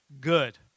good